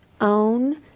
own